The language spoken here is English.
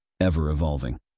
ever-evolving